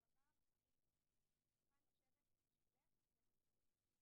סוציאלית שאומרים לה: את יכולה לקבל 250 מטופלים.